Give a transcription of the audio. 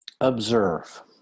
observe